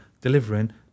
delivering